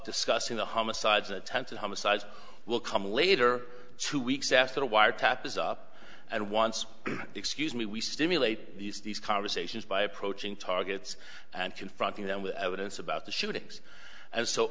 discussing the homicides attempted homicides will come later two weeks after the wiretap is up and wants excuse me we stimulate these conversations by approaching targets and confronting them with evidence about the shootings and so